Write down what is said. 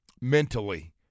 mentally